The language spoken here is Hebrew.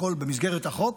הכול במסגרת החוק,